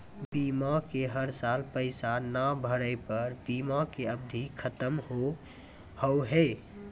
बीमा के हर साल पैसा ना भरे पर बीमा के अवधि खत्म हो हाव हाय?